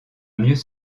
mieux